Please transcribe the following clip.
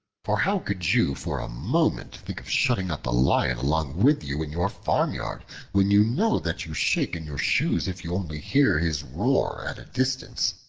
for how could you for a moment think of shutting up a lion along with you in your farmyard when you know that you shake in your shoes if you only hear his roar at a distance?